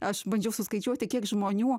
aš bandžiau suskaičiuoti kiek žmonių